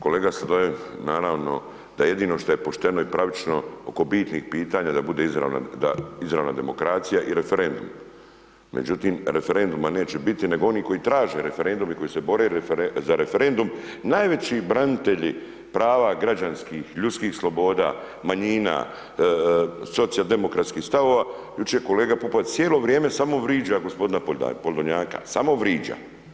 Kolega Sladoljev, naravno da jedino što je pošteno i pravično oko bitnih pitanja da bude izravno, da izravna demokracija i referendum, međutim referenduma neće biti nego oni koji traže referendum i koji se bore za referendum, najveći branitelji prava građanskih, ljudskih sloboda, manjina, socijaldemokratskih stavova, jučer kolega Pupavac cijelo vrijeme samo vriđa gospodina Podolnjaka, samo vriđa.